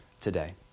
today